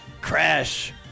Crash